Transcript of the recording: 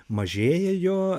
mažėja jo